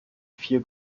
vier